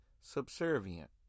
subservient